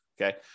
Okay